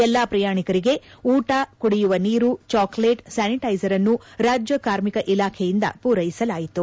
ಎಲ್ಲಾ ಪ್ರಯಾಣಿಕರಿಗೆ ಊಟ ಕುಡಿಯುವ ನೀರು ಚಾಕಲೇಟ್ ಸ್ಥಾನಿಟೈಸರ್ನ್ನು ರಾಜ್ಯ ಕಾರ್ಮಿಕ ಇಲಾಖೆಯಿಂದ ಪೂರ್ನೆಸಲಾಯಿತು